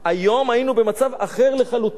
היום היינו במצב אחר לחלוטין,